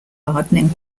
hardening